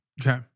Okay